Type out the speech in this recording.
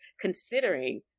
considering